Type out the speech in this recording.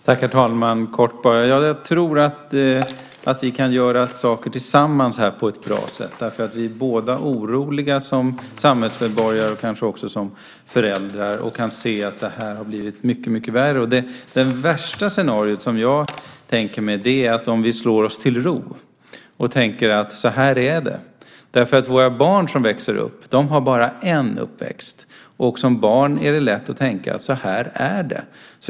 Herr talman! Jag tror att vi kan göra saker tillsammans på ett bra sätt. Vi är båda oroliga som samhällsmedborgare och kanske också som föräldrar. Vi kan se att det har blivit mycket värre. Det värsta scenariot jag kan tänka mig är att vi slår oss till ro och finner oss i att det är så här. Våra barn har bara en uppväxt, och som barn är det lätt att tro att det är så här det ska vara.